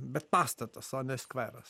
bet pastatas o ne skveras